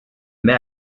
met